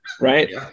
Right